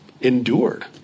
endured